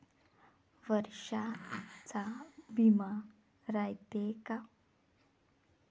वर्षाचा बिमा रायते का?